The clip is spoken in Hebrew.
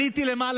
עליתי למעלה,